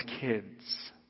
kids